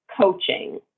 coaching